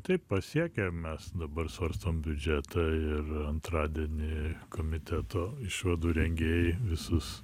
taip pasiekė mes dabar svarstom biudžetą ir antradienį komiteto išvadų rengėjai visus